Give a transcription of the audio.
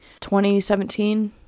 2017